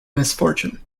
misfortune